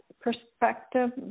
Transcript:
perspective